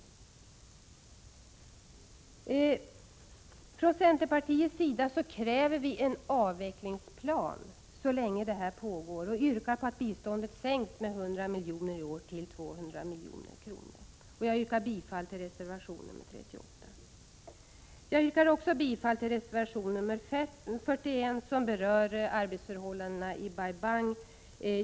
Så länge detta pågår kommer vi i centerpartiet att kräva en avvecklingsplan. Vi i centerpartiet yrkar på att biståndet i år minskas med 100 milj.kr. till 200 milj.kr. Jag yrkar bifall till reservation nr 38. Jag yrkar också bifall till reservation nr 41, som berör arbetsförhållandena i Bai Bang.